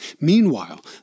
Meanwhile